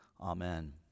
Amen